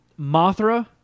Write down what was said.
Mothra